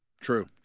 True